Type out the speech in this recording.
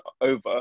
over